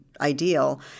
ideal